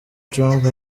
trump